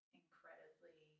incredibly